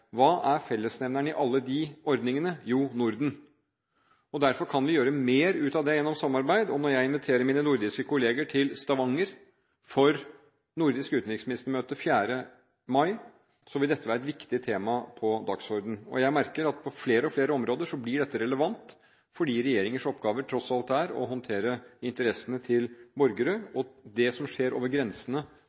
Hva er fellesnevneren i alle de ordningene? Jo, Norden. Derfor kan vi gjøre mer ut av det gjennom samarbeid, og når jeg inviterer mine nordiske kolleger til Stavanger for nordisk utenriksministermøte den 4. mai, vil dette være et viktig tema på dagsordenen. Jeg merker at på flere og flere områder blir dette relevant, fordi regjeringers oppgaver tross alt er å håndtere interessene til borgere. Det som skjer over grensene